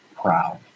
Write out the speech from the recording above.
proud